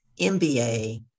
MBA